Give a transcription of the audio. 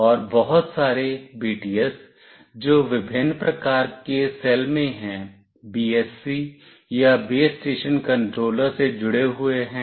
और बहुत सारे BTS जो विभिन्न प्रकार के सेल में हैं BSC या बेस स्टेशन कंट्रोलर से जुड़े हुए हैं